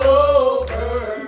over